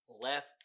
Left